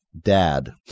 dad